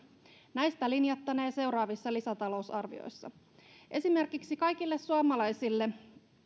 näistä linjattaneen seuraavissa lisätalousarvioissa esimerkiksi kaikille suomalaisille